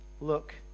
look